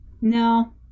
No